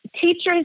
teachers